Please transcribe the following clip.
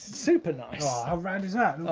super nice. how rad is that?